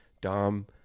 Dom